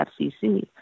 FCC